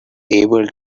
able